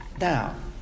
now